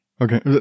Okay